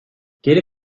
geri